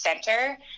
center